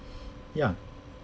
ya